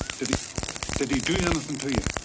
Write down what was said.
did he did he do anything to you?